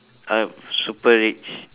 are super rich